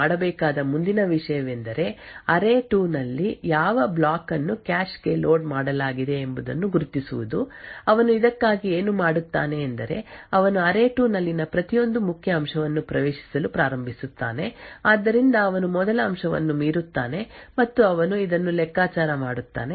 ಆಕ್ರಮಣಕಾರರು ಮಾಡಬೇಕಾದ ಮುಂದಿನ ವಿಷಯವೆಂದರೆ ಅರೇ2 ನಲ್ಲಿ ಯಾವ ಬ್ಲಾಕ್ ಅನ್ನು ಕ್ಯಾಶ್ಗೆ ಲೋಡ್ ಮಾಡಲಾಗಿದೆ ಎಂಬುದನ್ನು ಗುರುತಿಸುವುದು ಅವನು ಇದಕ್ಕಾಗಿ ಏನು ಮಾಡುತ್ತಾನೆ ಎಂದರೆ ಅವನು ಅರೇ2 ನಲ್ಲಿನ ಪ್ರತಿಯೊಂದು ಮುಖ್ಯ ಅಂಶವನ್ನು ಪ್ರವೇಶಿಸಲು ಪ್ರಾರಂಭಿಸುತ್ತಾನೆ ಆದ್ದರಿಂದ ಅವನು ಮೊದಲ ಅಂಶವನ್ನು ಮೀರುತ್ತಾನೆ ಮತ್ತು ಅವನು ಇದನ್ನು ಲೆಕ್ಕಾಚಾರ ಮಾಡುತ್ತಾನೆ